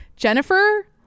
Jennifer